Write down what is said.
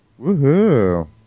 Woohoo